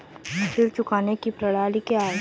ऋण चुकाने की प्रणाली क्या है?